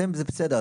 זה בסדר,